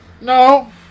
No